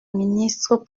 ministre